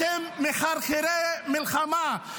אתם מחרחרי מלחמה.